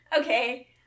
okay